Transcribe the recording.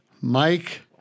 Mike